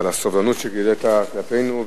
על הסובלנות שגילית כלפינו.